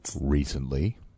recently